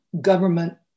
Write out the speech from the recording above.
government